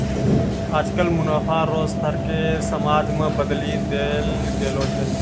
आजकल मुनाफा रो स्तर के समाज मे बदली देल गेलो छै